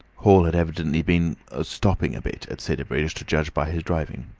hall had evidently been ah stopping a bit at sidderbridge, to judge by his driving.